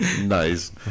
nice